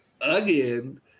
again